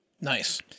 Nice